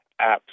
apps